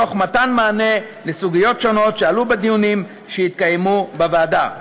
תוך מתן מענה לסוגיות שונות שעלו בדיונים שהתקיימו בוועדה.